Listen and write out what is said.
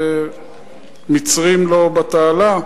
המצרים לא בתעלה.